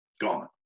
gone